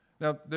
Now